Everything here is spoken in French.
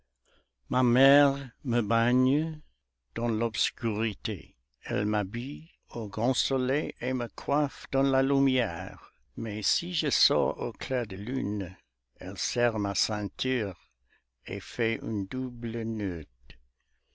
ma mère me baigne dans l'obscurité elle m'habille au grand soleil et me coiffe dans la lumière mais si je sors au clair de lune elle serre ma ceinture et fait un double noeud